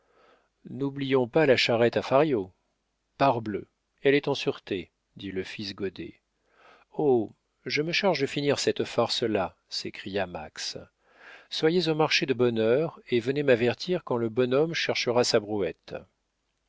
n'oublions pas la charrette à fario parbleu elle est en sûreté dit le fils goddet oh je me charge de finir cette farce là s'écria max soyez au marché de bonne heure et venez m'avertir quand le bonhomme cherchera sa brouette